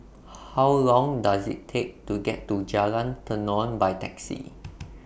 How Long Does IT Take to get to Jalan Tenon By Taxi